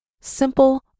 Simple